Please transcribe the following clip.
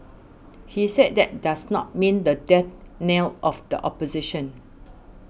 he said that does not mean the death knell of the opposition